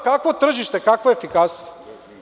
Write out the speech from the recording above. Kakvo tržište, kakva efikasnost?